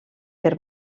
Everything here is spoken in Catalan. per